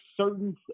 certain